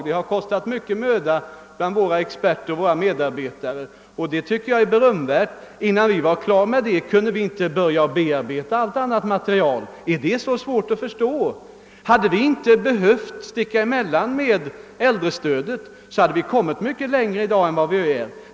Det har kostat våra experter och medarbetare mycken möda, och det arbetet tycker jag är berömvärt. Innan vi var klara med denna utredning, kunde vi inte börja bearbeta allt annat material. är det så svårt att förstå? Hade vi inte behövt sticka emellan med äldrestödet, hade vi i dag hunnit mycket längre än vad vi nu gjort.